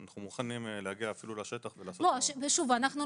אנחנו מוכנים להגיע לשטח ולעשות --- אני לא